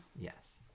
Yes